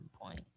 point